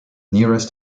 nearest